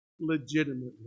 legitimately